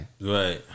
Right